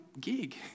gig